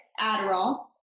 Adderall